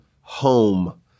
home